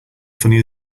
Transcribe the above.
funny